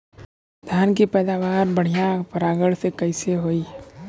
धान की पैदावार बढ़िया परागण से कईसे होई?